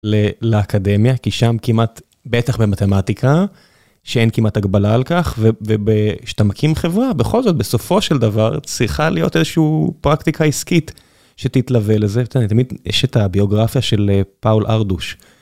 לאקדמיה, כי שם כמעט, בטח במתמטיקה, שאין כמעט הגבלה על כך, וכשאתה מקים חברה, בכל זאת, בסופו של דבר, צריכה להיות איזשהו פרקטיקה עסקית, שתתלווה לזה, ותמיד יש את הביוגרפיה של פאול ארדוש.